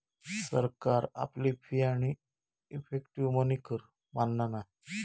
सरकार आपली फी आणि इफेक्टीव मनी कर मानना नाय